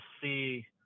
see